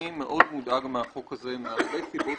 אני מאוד מודאג מהחוק הזה מהרבה סיבות